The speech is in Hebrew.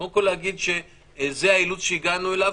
קודם כול להגיד שזה האילוץ שהגענו אליו,